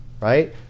right